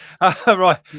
Right